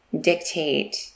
dictate